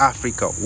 Africa